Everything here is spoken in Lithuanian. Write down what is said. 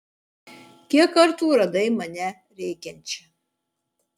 kiek kartų radai mane rėkiančią